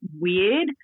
weird